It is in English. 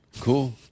Cool